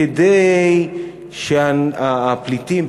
כדי שהפליטים,